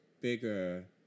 bigger